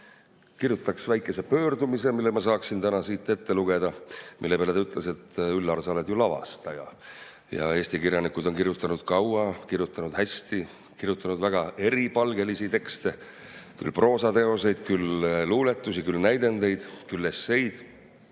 kirjutaks väikese pöördumise, mille ma saaksin täna siit ette lugeda. Selle peale ta ütles, et, Üllar, sa oled ju lavastaja, Eesti kirjanikud on kirjutanud kaua, kirjutanud hästi, kirjutanud väga eripalgelisi tekste, küll proosateoseid, küll luuletusi, küll näidendeid, küll esseid